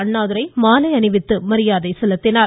அண்ணாதுரை மாலை அணிவித்து மரியாதை செய்தார்